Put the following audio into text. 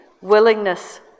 willingness